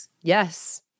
Yes